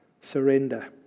Surrender